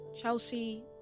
Chelsea